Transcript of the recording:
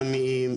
ימיים,